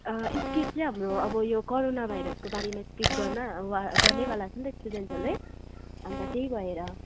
skit चाहिँ हाम्रो अब यो कोरोना भाइरसको बारेमा स्किट गर्न वा गर्नेवाला छ नि त स्टुडेन्टहरूले अन्त त्यही भएर